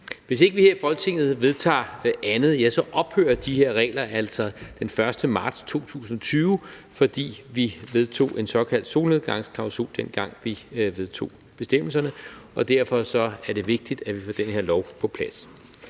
Hvis ikke vi her i Folketinget vedtager andet, ja, så ophører de her regler altså den 1. marts 2020, fordi vi vedtog en såkaldt solnedgangsklausul, dengang vi vedtog bestemmelserne, og derfor er det vigtigt, at vi får den her lov på plads.